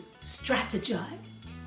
strategize